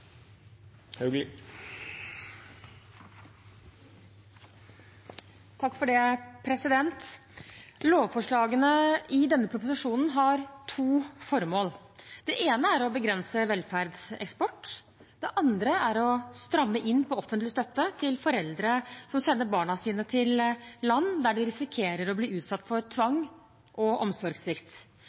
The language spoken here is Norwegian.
proposisjonen tilbake til regjeringa. Lovforslagene i denne proposisjonen har to formål. Det ene er å begrense velferdseksport. Det andre er å stramme inn på offentlig støtte til foreldre som sender barna sine til land der de risikerer å bli utsatt for tvang og omsorgssvikt.